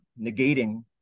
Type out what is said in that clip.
negating